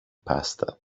pasta